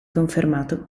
confermato